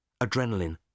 Adrenaline